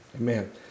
amen